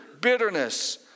bitterness